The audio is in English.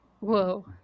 whoa